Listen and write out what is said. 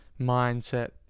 mindset